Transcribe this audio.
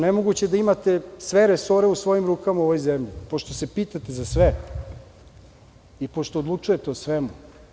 Nemoguće je da imate sve resore u svojim rukama u ovoj zemlji, pošto se pitate za sve i pošto odlučujete o svemu.